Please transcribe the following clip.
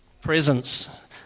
Presence